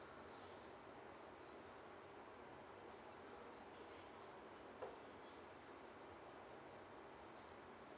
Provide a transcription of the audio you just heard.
uh